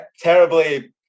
terribly